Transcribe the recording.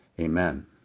Amen